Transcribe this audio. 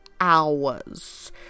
hours